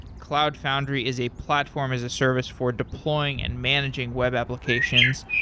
cloud foundry is a platform as a service for deploying and managing web applications,